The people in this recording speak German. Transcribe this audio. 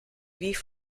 wie